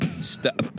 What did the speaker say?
Stop